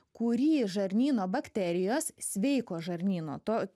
kurį žarnyno bakterijos sveiko žarnyno to